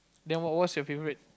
then what what's your favourite